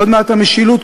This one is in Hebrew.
עוד מעט המשילות,